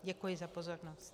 Děkuji za pozornost.